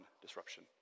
disruption